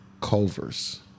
Culver's